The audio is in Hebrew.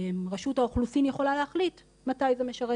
רשות האוכלוסין יכולה להחליט מתי זה משרת